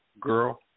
girl